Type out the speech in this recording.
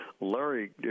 Larry